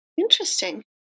Interesting